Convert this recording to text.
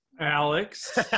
Alex